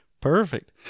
perfect